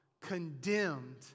condemned